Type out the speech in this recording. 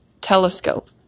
Telescope